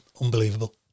unbelievable